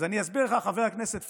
אז אני אסביר לך, חבר הכנסת פוגל,